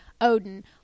Odin